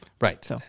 right